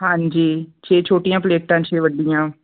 ਹਾਂਜੀ ਛੇ ਛੋਟੀਆਂ ਪਲੇਟਾਂ ਛੇ ਵੱਡੀਆਂ